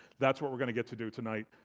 that's what we're gonna get to do tonight.